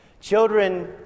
Children